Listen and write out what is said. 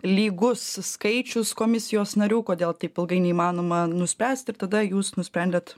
lygus skaičius komisijos narių kodėl taip ilgai neįmanoma nuspręsti ir tada jūs nusprendėt